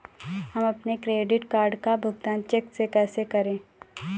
हम अपने credit card का भुगतान चेक से कैसे करें?